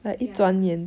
ya